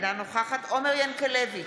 אינה נוכחת עומר ינקלביץ'